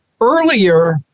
earlier